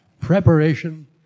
Preparation